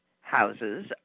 houses